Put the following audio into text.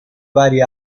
vari